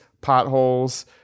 potholes